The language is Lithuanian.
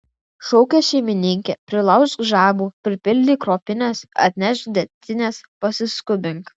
šaukė šeimininkė prilaužk žabų pripildyk ropines atnešk degtinės pasiskubink